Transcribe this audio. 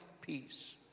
peace